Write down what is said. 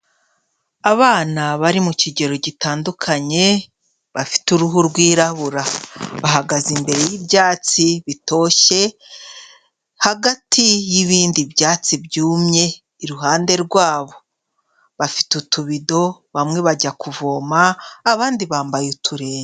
Abana bari mu kigero gitandukanye bafite uruhu rwirabura, bahagaze imbere y'ibyatsi bitoshye hagati y'ibindi byatsi byumye iruhande rwabo, bafite utubido bamwe bajya kuvoma abandi bambaye uturenge.